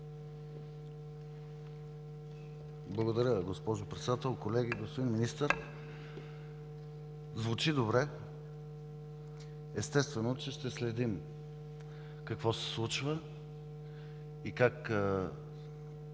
Благодаря, госпожо Председател. Колеги, господин Министър, звучи добре. Естествено, че ще следим какво се случва и как